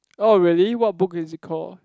oh really what book is it call